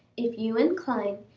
if you incline,